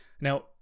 Now